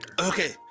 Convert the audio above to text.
okay